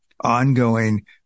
ongoing